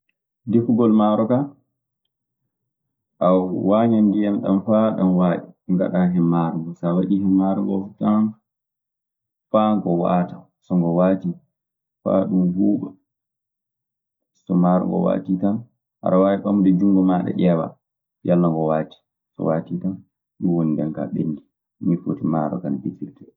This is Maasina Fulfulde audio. Defugol maaro kaa, a wañan ndiyan nan faa ɗan waaƴa, ngaɗaa hen maaro ngoo. So a waɗii hen maaro ngoo fuu tan, faa ngo waata, so ngo waatii. faa ɗun ɓuuɓa, so maaro ngoo waatii tan. Aɗa waawi ɓamde njunngo maaɗa ƴeewaa yalla ngo waatii. So waatitan, ɗun woni ndeennkaa ɓenndii. Nii foti maarokaa no defirtee.